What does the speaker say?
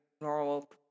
normal